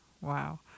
Wow